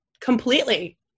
completely